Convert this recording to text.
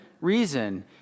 reason